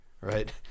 right